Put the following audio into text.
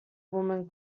woman